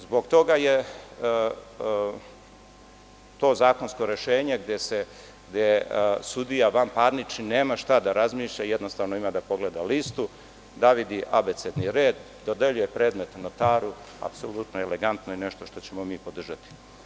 Zbog toga je to zakonsko rešenje gde sudija vanparnični nema šta da razmišlja, jednostavno može da pogleda listu, da vidi abecedni red, dodeljuje predmete notaru, apsolutno elegantno i nešto što ćemo mi podržati.